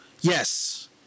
Yes